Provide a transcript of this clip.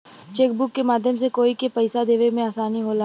chequebook के माध्यम से कोई के पइसा देवे में आसानी होला